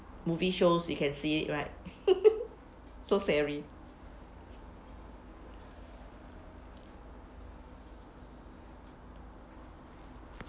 movie shows you can see it right so scary